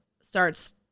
starts